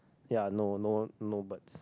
ya no no no birds